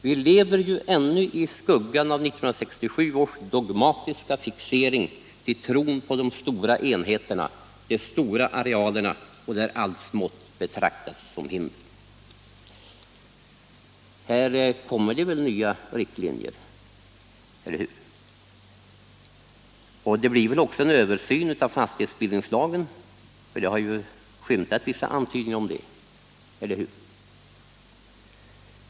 Vi lever ju ännu i skuggan av 1967 års dogmatiska fixering till tron på de stora enheterna, de stora arealerna, där allt smått betraktas som hinder. Här kommer det väl nya riktlinjer, och det blir väl också en översyn av fastighetsbildningslagen — det har ju skymtat vissa antydningar om det.